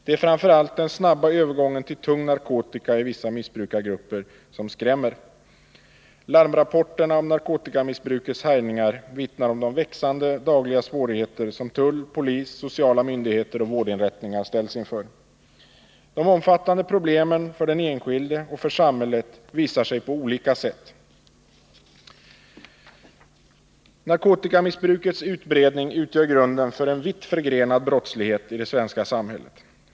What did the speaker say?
Det är framför allt den snabba övergången till tung narkotika i vissa missbrukargrupper som skrämmer. Larmrapporterna om narkotikamissbrukets härjningar vittnar om de växande dagliga svårigheter som tull, polis, sociala myndigheter och vårdinrättningar ställs inför. De omfattande problemen för den enskilde och för samhället visar sig på olika sätt. Narkotikamissbrukets utbredning utgör grunden för en vitt förgrenad brottslighet i det svenska samhället.